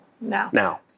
Now